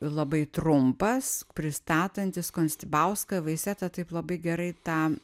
labai trumpas pristatantis konstibauską vaiseta taip labai gerai tą